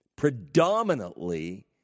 predominantly